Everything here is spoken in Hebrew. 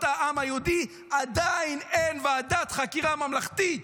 העם היהודי עדיין אין ועדת חקירה ממלכתית,